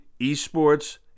esports